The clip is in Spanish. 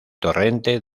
torrente